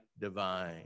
divine